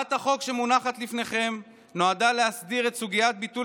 הצעת החוק שמונחת לפניכם נועדה להסדיר את סוגיית ביטול